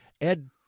Ed